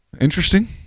Interesting